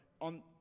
on